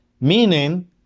meaning